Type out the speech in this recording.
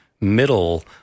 middle